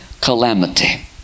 calamity